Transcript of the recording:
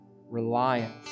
reliance